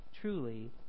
truly